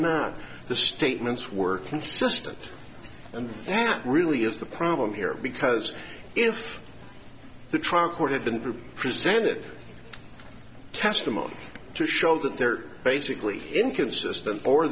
not the statements were consistent and that really is the problem here because if the trial court had been presented testimony to show that they're basically inconsistent or